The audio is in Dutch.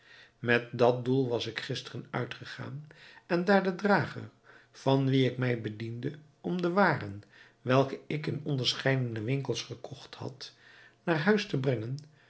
met dat doel was ik gisteren uitgegaan en daar de drager van wien ik mij bediende om de waren welke ik in onderscheidene winkels gekocht had naar huis te brengen